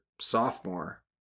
sophomore